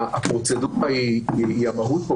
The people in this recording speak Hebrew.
הפרוצדורה היא המהות.